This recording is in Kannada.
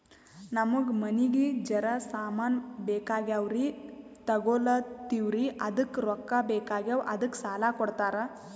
ನಮಗ ಮನಿಗಿ ಜರ ಸಾಮಾನ ಬೇಕಾಗ್ಯಾವ್ರೀ ತೊಗೊಲತ್ತೀವ್ರಿ ಅದಕ್ಕ ರೊಕ್ಕ ಬೆಕಾಗ್ಯಾವ ಅದಕ್ಕ ಸಾಲ ಕೊಡ್ತಾರ?